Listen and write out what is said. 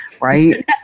right